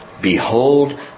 Behold